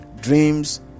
dreams